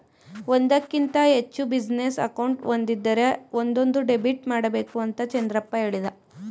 ಒಂದಕ್ಕಿಂತ ಹೆಚ್ಚು business account ಒಂದಿದ್ದರೆ ಒಂದೊಂದು ಡೆಬಿಟ್ ಮಾಡಬೇಕು ಅಂತ ಚಂದ್ರಪ್ಪ ಹೇಳಿದ